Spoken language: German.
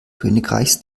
königreichs